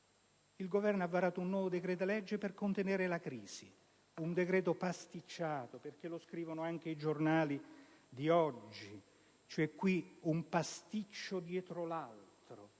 Il Governo ha varato un nuovo decreto-legge per contenere la crisi, un decreto pasticciato, come scrivono anche i giornali di oggi. Si susseguono un pasticcio dietro l'altro: